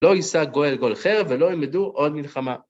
לא יישא גוי אל גוי חרב ולא ילמדו עוד מלחמה.